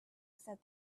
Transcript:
said